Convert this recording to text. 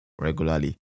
regularly